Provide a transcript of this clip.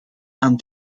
aan